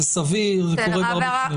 זה סביר, זה קורה בהרבה תחומים.